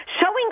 Showing